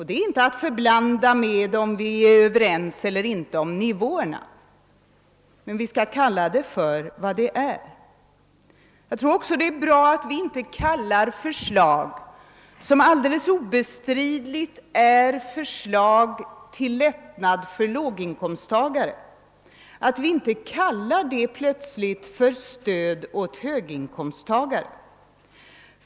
Det är inte att förblanda med huruvida vi är överens eller inte om nivåerna. Vi bör kalla det för vad det är. Jag tror det är bra att vi inte plötsligt börjar kalla förslag, som alldeles obestridligt gäller lättnader för låginkomsttagare, för stöd åt höginkomsttagare.